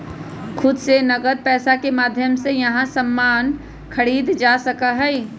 खुद से नकद पैसा के माध्यम से यहां सामान खरीदल जा सका हई